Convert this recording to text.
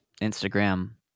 Instagram